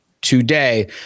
today